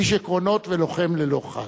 איש עקרונות ולוחם ללא חת.